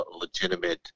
legitimate